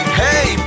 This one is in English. hey